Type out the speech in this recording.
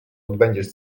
odbędziesz